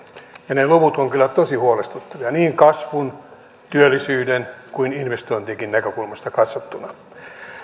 ja ne luvut ovat kyllä tosi huolestuttavia niin kasvun työllisyyden kuin investointienkin näkökulmasta katsottuna